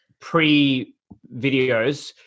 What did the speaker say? pre-videos